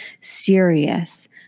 serious